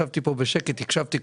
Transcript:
ישבתי פה בשקט והקשבתי.